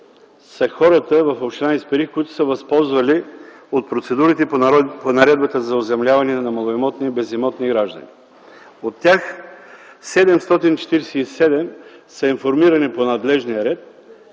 са хората в община Исперих, които са се възползвали от процедурите по наредбата за оземляване на малоимотни и безимотни граждани, като от тях 747 са информирани по надлежния ред.